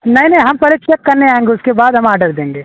नहीं नहीं हम पहले चेक करने आएँगे उसके बाद हम आडर देंगे